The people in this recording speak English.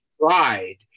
tried